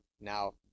now